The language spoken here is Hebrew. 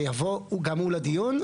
שיבוא גם הוא לדיון.